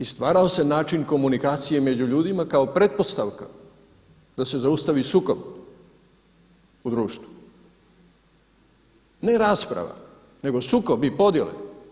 I stvarao se način komunikacije među ljudima kao pretpostavka da se zaustavi sukob u društvu, ne rasprava, nego sukob i podijele.